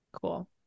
cool